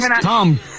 Tom